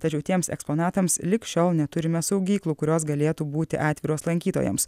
tačiau tiems eksponatams lig šiol neturime saugyklų kurios galėtų būti atviros lankytojams